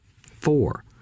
four